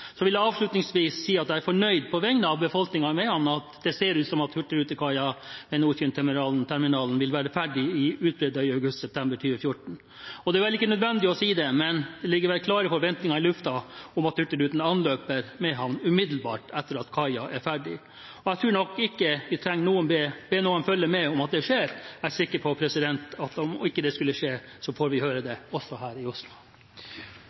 Så vil jeg være like tydelig som saksordføreren var da han sa at det anløpsmønsteret som er bestemt i kontrakten mellom staten og Hurtigruten, skal følges. Avslutningsvis vil jeg si at jeg på vegne av befolkningen i Mehamn er fornøyd med at det ser ut som om hurtigrutekaia ved Nordkynterminalen vil være ferdig utbedret i august–september 2014. Det er vel ikke nødvendig å si det, men det ligger klare forventninger i lufta om at Hurtigruten anløper Mehamn umiddelbart etter at kaia er ferdig. Jeg tror nok ikke vi trenger be noen følge med på om det skjer. Jeg er sikker på at om ikke det skulle skje, får vi høre det også her